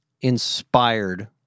inspired